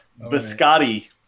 Biscotti